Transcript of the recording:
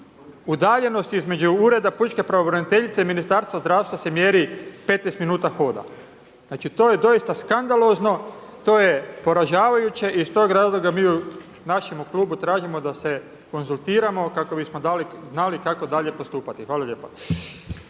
udaljenost između Ureda pučke pravobraniteljice i Ministarstva zdravstva se mjeri 15 min hoda. Znači to je doista skandalozno, to je poražavajuće i iz toga razloga mi u našemu klubu tražimo da smo znali kako dalje postupati. Hvala lijepa.